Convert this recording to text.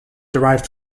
derived